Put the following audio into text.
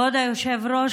כבוד היושב-ראש,